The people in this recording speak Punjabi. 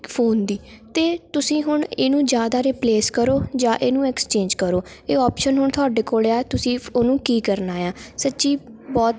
ਫ਼ੋਨ ਦੀ ਅਤੇ ਤੁਸੀਂ ਹੁਣ ਇਹਨੂੰ ਜਾਂ ਤਾਂ ਰੀਪਲੇਸ ਕਰੋ ਜਾਂ ਇਹਨੂੰ ਐਕਸਚੇਂਜ ਕਰੋ ਇਹ ਔਪਸ਼ਨ ਹੁਣ ਤੁਹਾਡੇ ਕੋਲ ਆ ਤੁਸੀਂ ਫ ਉਹਨੂੰ ਕੀ ਕਰਨਾ ਆ ਸੱਚੀ ਬਹੁਤ